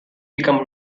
become